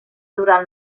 durant